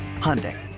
Hyundai